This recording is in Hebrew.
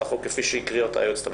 החוק כפי שהקריאה אותה היועצת המשפטית,